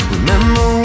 Remember